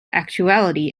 actuality